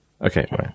Okay